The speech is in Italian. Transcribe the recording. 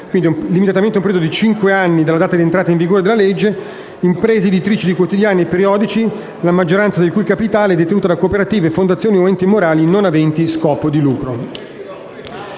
quindi limitatamente ad un periodo di cinque anni dalla data di entrata in vigore della legge, imprese editrici di quotidiani e periodici, la maggioranza del cui capitale è detenuta da cooperative, fondazioni o enti morali non aventi scopo di lucro.